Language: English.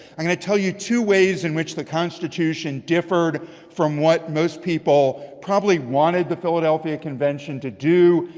i'm going to tell you two ways in which the constitution differed from what most people probably wanted the philadelphia convention to do,